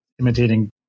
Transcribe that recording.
imitating